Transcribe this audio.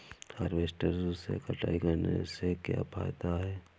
Harvester से कटाई करने से क्या फायदा है?